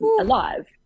alive